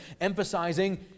emphasizing